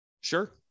Sure